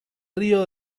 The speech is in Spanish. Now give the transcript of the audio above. río